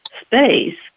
Space